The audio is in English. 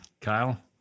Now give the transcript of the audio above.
Kyle